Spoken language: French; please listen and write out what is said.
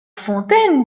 fontaine